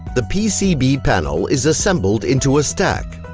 the pcb panel is assembled into a stack.